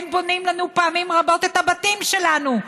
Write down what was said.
הם בונים לנו פעמים רבות את הבתים שלנו,